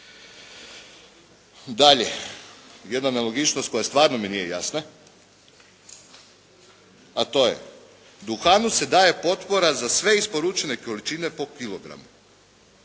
Dalje, jedna nelogičnost koja stvarno mi nije jasna, a to je duhanu se daje potpora za sve isporučene količine po kilogramu,